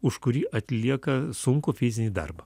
už kurį atlieka sunkų fizinį darbą